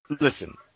Listen